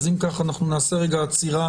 אם כך, אנחנו נעשה רגע עצירה